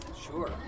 Sure